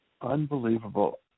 Unbelievable